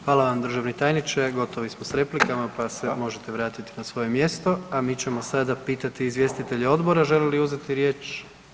Hvala vam, državni tajniče, gotovi smo s replikama pa se možete vratit na svoje mjesto a mi ćemo sada pitati izvjestitelje odbora žele li uzeti riječ?